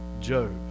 Job